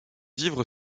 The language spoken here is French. vivre